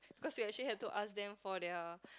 because we actually had to ask them for their